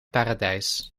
paradijs